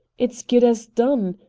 it's good as done.